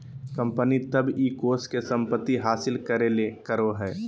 company तब इ कोष के संपत्ति हासिल करे ले करो हइ